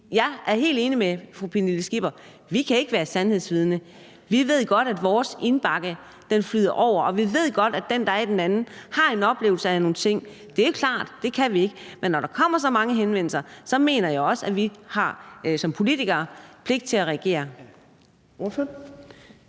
fru Pernille Skipper i, at vi ikke kan være et sandhedsvidne. Vi ved godt, at vores indbakke flyder over, og vi ved godt, at den, der er i den anden ende, har en oplevelse af nogle ting. Så det er jo klart, at det kan vi ikke, men når der kommer så mange henvendelser, mener jeg også, at vi som politikere har en pligt til at reagere.